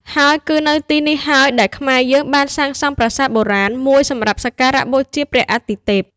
ហើយគឺនៅទីនេះហើយដែលខ្មែរយើងបានសាងសង់ប្រាសាទបូរាណ មួយសម្រាប់សក្ការៈបូជាព្រះអទិទេព។